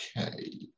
okay